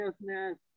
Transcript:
business